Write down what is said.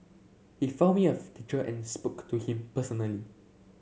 he found me of teacher and spoke to him personally